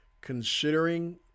Considering